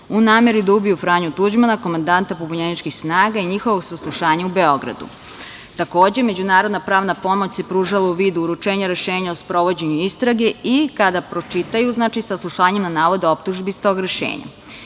u nameri da ubiju Franju Tuđmana, komandanta pobunjeničkih snaga, i njihovog saslušanja u Beogradu. Takođe, međunarodna pravna pomoć se pružala u vidu uručenja rešenja o sprovođenju istrage i kada pročitaju saslušanje na navode optužbi iz tog rešenja.